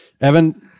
evan